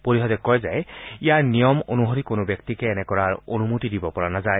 পৰিষদে কয় যে ইয়াৰ নিয়ম অনুসৰি কোনো ব্যক্তিকে এনে কৰা অনুমতি দিব পৰা নাযায়